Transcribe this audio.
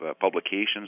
publications